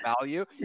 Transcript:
value